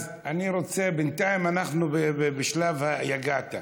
אז בינתיים אנחנו בשלב היגעת.